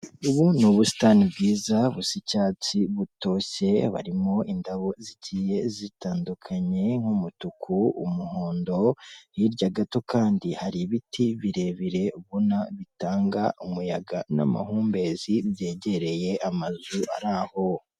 Ubu ni ubusitani bwiza busa icyatsi butoshye barimo indabo zigiye zitandukanye nk'umutuku umuhondo hirya gato kandi hari ibiti birebire ubona bitanga umuyaga n'amahumbezi byegereye amazu araho.